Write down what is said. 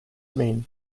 mean